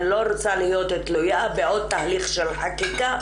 אני לא רוצה להיות תלויה בעוד תהליך של חקיקה,